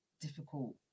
difficult